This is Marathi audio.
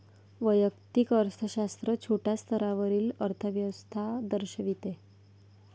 वैयक्तिक अर्थशास्त्र छोट्या स्तरावरील अर्थव्यवस्था दर्शविते